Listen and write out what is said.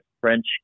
French